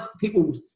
people